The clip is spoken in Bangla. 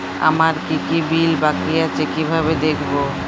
আমার কি কি বিল বাকী আছে কিভাবে দেখবো?